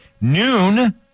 Noon